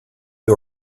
you